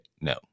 no